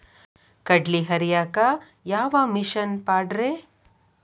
ಕಡ್ಲಿ ಹರಿಯಾಕ ಯಾವ ಮಿಷನ್ ಪಾಡ್ರೇ?